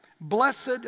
Blessed